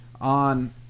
on